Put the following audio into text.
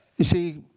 you see,